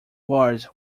guards